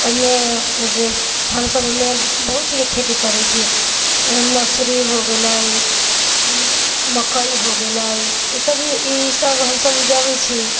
ओहिमे जैसे हमसब ओहिमे बहुत चीज के खेती करै छियै मसूरी हो गेलै मकई हो गेलै ईसब भी ईसब हमसब उपजबै छी